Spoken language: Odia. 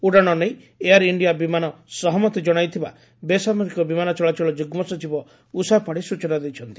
ଉଡ଼ାଶ ନେଇ ଏୟାର ଇଣ୍ଣିଆ ବିମାନ ସହମତି କଶାଇଥିବା ବେସାମରିକ ବିମାନ ଚଳାଚଳ ଯୁଗ୍ଗ ସଚିବ ଉଷା ପାତ୍ୀ ସୂଚନା ଦେଇଛନ୍ତି